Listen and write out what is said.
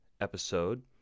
episode